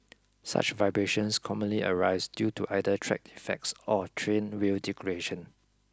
such vibrations commonly arise due to either track defects or train wheel degradation